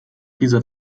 dieser